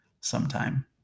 sometime